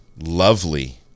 lovely